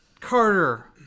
carter